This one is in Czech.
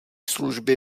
služby